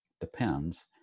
depends